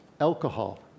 Alcohol